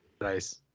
Nice